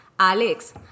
Alex